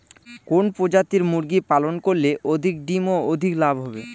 কোন প্রজাতির মুরগি পালন করলে অধিক ডিম ও অধিক লাভ হবে?